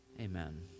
Amen